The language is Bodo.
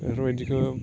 बेफोरबायदिखौ